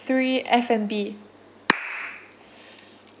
three F&B